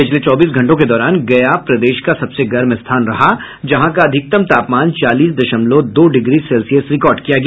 पिछले चौबीस घंटों के दौरान गया प्रदेश का सबसे गर्म स्थान रहा जहां का अधिकतम तापमान चालीस दशमलव दो डिग्री सेल्सियस रिकॉर्ड किया गया